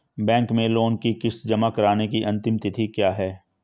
Bank में loan की किश्त जमा कराने की अंतिम तिथि क्या है?